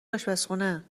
اشپزخونه